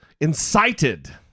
incited